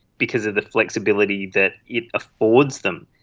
because of the flexibility that it affords them.